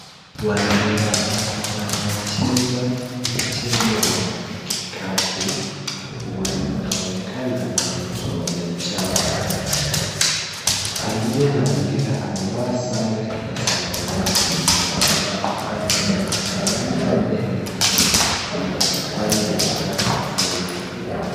Wanariadha wanaocheza mchezo wa kikapu, wanaonekana kwenye kiwanja chao. Aliye na mpira amevaa sare ya samawati na ameangalia mbele na kwami anataka kufunga.